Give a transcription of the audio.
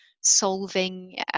solving